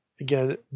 again